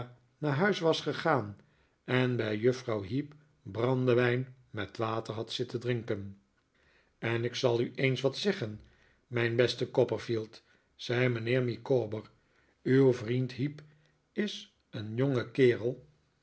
naar huis was gegaan en bij juffrouw heep brandewijn met water had zitten drinken en ik zal u eens wat zeggen mijn beste copperfield zei mijnheer micawber uw vriend heep is een jonge kerel